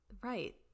right